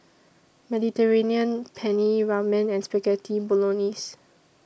Mediterranean Penne Ramen and Spaghetti Bolognese